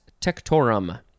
tectorum